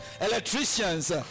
Electricians